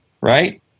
right